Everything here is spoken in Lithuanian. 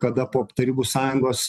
kada po tarybų sąjungos